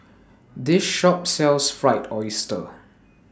This Shop sells Fried Oyster